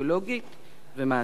אידיאולוגית ומעשית.